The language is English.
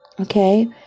okay